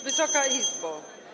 Wysoka Izbo!